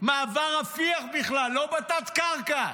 מעבר רפיח בכלל ולא בתת-קרקע.